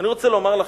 אני רוצה לומר לכם,